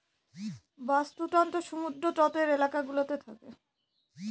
বাস্তুতন্ত্র সমুদ্র তটের এলাকা গুলোতে থাকে